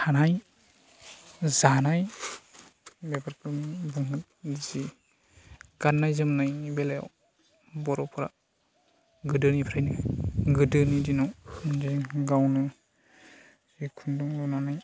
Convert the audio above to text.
थानाय जानाय बेफोरखौनो बुंगोन जि गाननाय जोमनायनि बेलायाव बर'फोरा गोदोनिफ्रायनो गोदोनि दिनाव होनदों जे गावनो जे खुन्दुं लुनानै